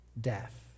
death